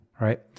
right